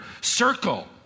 circle